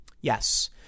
Yes